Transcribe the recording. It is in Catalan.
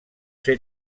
ser